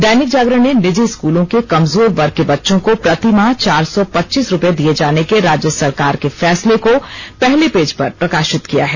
दैनिक जागरण ने निजी स्कूलों के कमजोर वर्ग के बच्चों को प्रतिमाह चार सौ पच्चीस रूपए दिए जाने के राज्य सरकार के फैसले को पहले पेज पर प्रकाशित किया है